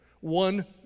one